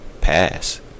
pass